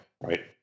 right